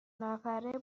نفره